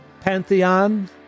Pantheon